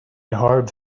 hard